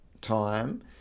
time